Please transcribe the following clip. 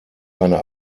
eine